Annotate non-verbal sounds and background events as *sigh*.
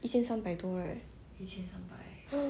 一千三百多 right *breath*